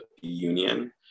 union